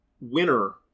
winner